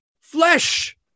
Flesh